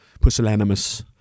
pusillanimous